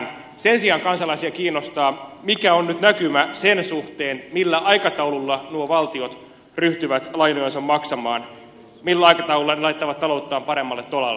sen sijaan kansalaisia kiinnostaa mikä on nyt näkymä sen suhteen millä aikataululla nuo valtiot ryhtyvät lainojansa maksamaan millä aikataululla ne laittavat talouttaan paremmalle tolalle